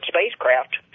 spacecraft